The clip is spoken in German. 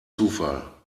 zufall